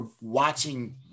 watching